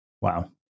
Wow